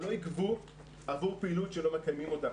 לא ייגבו עבור פעילות שהם לא מקיימים אותה.